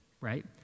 right